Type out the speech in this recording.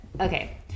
okay